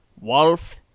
Wolf